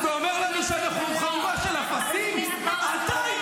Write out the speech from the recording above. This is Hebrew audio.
איזה מספר זה קורלציה מלאה?